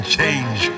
change